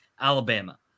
Alabama